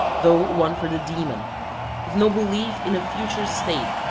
though one for the demon with no belief in a future state